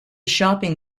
shopping